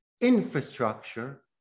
infrastructure